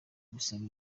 gusaba